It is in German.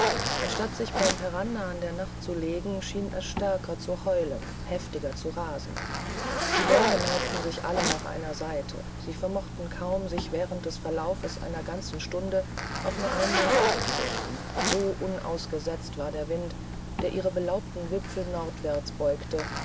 anstatt sich beim herannahen der nacht zu legen schien er stärker zu heulen heftiger zu rasen die bäume neigten sich alle nach einer seite sie vermochten kaum sich während des verlaufes einer ganzen stunde auch nur einmal aufzurichten so unausgesetzt war der wind der ihre belaubten wipfel nordwärts beugte